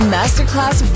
Masterclass